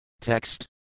Text